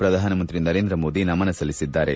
ಪ್ರಧಾನಮಂತ್ರಿ ನರೇಂದ್ರ ಮೋದಿ ನಮನ ಸಲ್ಲಿಸಿದ್ದಾರೆ